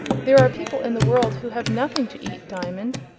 there are people in the world who have nothing to eat, diamond.